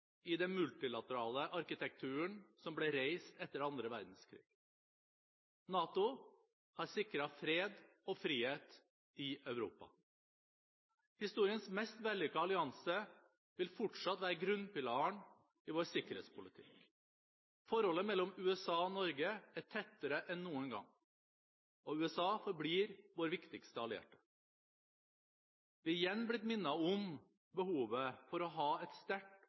i den multilaterale arkitekturen som ble reist etter andre verdenskrig. NATO har sikret fred og frihet i Europa. Historiens mest vellykkede allianse vil fortsatt være grunnpilaren i vår sikkerhetspolitikk. Forholdet mellom USA og Norge er tettere enn noen gang, og USA forblir vår viktigste allierte. Vi er igjen blitt minnet om behovet for å ha et sterkt